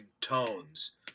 tones